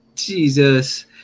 Jesus